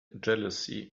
jealousy